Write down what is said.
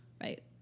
Right